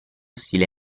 stile